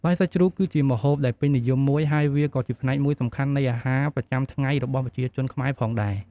បាយសាច់ជ្រូកគឺជាម្ហូបដែលពេញនិយមមួយ ហើយវាក៏ជាផ្នែកមួយសំខាន់នៃអាហារប្រចាំថ្ងៃរបស់ប្រជាជនខ្មែរផងដែរ ។